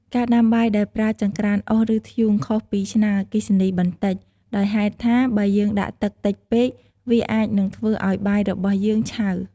ការដាំបាយដោយប្រើចង្រ្កានអុស ឬ ធ្យូងខុសពីឆ្នាំងអគ្គិសនីបន្តិច ដោយហេតុថា បើយើងដាក់ទឹកតិចពេក វាអាចនឹងធ្វើឱ្យបាយរបស់យើងឆៅ។